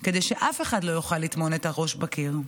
כדי שאף אחד לא יוכל לטמון את הראש בחול.